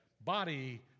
body